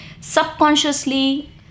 subconsciously